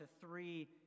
three